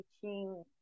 teaching